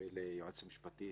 וליועץ המשפטי,